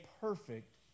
perfect